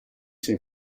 sia